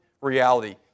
reality